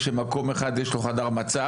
אם המכינות האלה הן המשך של מערכת החינוך,